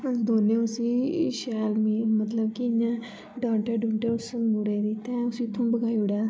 अस दोनो उस्सी शैल मतलब की इ'यां डाटेआ डुटेआ उस्स मुड़े गी ते उस्सी उत्थुआ बगाई उड़ेआ